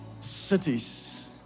cities